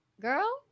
girl